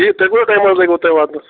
یہِ تۄہہِ کوتاہ ٹایِم حظ لَگہِ یوتام واتنَس